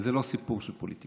וזה לא סיפור של פוליטיקה,